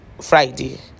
Friday